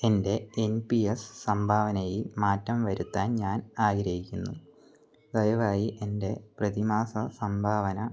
എന്റെ N P S സംഭാവനയിൽ മാറ്റം വരുത്താൻ ഞാൻ ആഗ്രഹിക്കുന്നു ദയവായി എന്റെ പ്രതിമാസ സംഭാവന